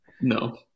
No